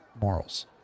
morals